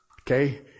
Okay